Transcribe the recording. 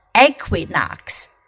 equinox